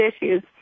issues